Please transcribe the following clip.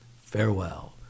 Farewell